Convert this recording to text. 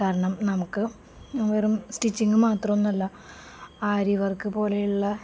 കാരണം നമുക്ക് വെറും സ്റ്റിച്ചിങ്ങ് മാത്രമൊന്നും അല്ല ആരി വർക്ക് പോലെയുള്ള